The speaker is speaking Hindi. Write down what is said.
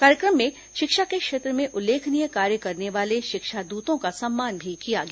कार्यक्रम में शिक्षा के क्षेत्र में उल्लेखनीय कार्य करने वाले शिक्षादूतों का सम्मान भी किया गया